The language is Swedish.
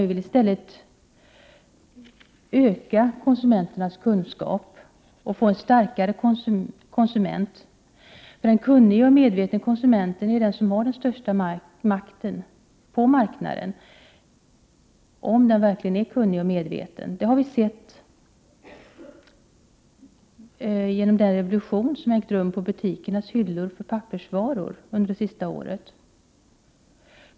Vi vill i stället öka konsumenternas kunskap och få en starkare konsument. En konsument som verkligen är kunnig och medveten är den konsument som har den största makten på marknaden. Det har vi sett genom den revolution som ägt rum det senaste året när det gäller pappersvarorna på butikernas hyllor.